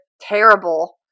terrible